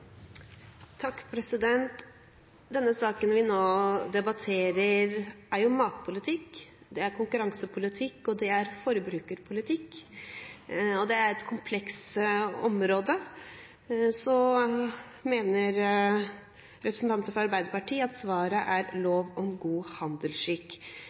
konkurransepolitikk, og det er forbrukerpolitikk. Det er et komplekst område – og så mener representanter for Arbeiderpartiet at svaret er lov om god